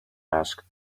asked